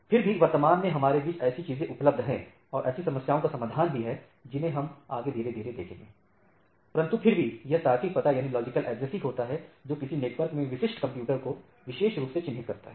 फिर भी वर्तमान में हमारे बीच ऐसी चीजें उपलब्ध है और ऐसी समस्याओं का समाधान भी है जिन्हें हम आगे धीरे धीरे देखेंगे l परंतु फिर भी यह तार्किक पता ही होता है जो किसी नेटवर्क में विशिष्ट कंप्यूटर सिस्टम को विशेष रुप से चिन्हित करता है